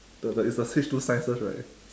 the the it's the H two sciences right